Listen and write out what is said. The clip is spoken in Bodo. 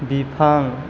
बिफां